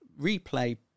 replay